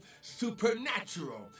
supernatural